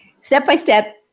Step-by-step